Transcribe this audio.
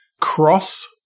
Cross